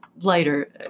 lighter